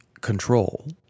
control